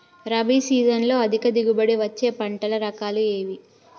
రబీ సీజన్లో అధిక దిగుబడి వచ్చే పంటల రకాలు ఏవి?